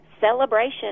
celebration